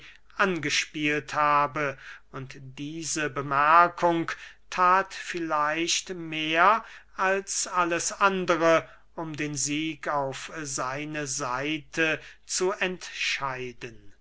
angespielt habe und diese bemerkung that vielleicht mehr als alles andere um den sieg auf seine seite zu entscheiden